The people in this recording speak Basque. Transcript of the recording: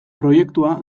proiektua